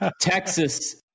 Texas